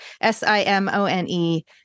S-I-M-O-N-E